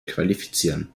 qualifizieren